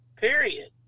period